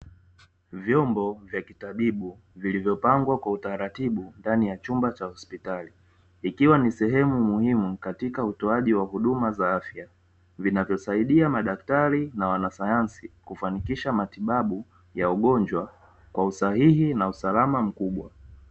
Vya kitabibu vilivyopangwa kwa utaratibu ndani ya chumba cha hospitali ikiwa ni sehemu muhimu katika utoaji wa huduma za afya vinavyosaidia madaktari na wanasayansi kufanikisha matibabu ya ugonjwa kwa usahihi na usalama mkubwa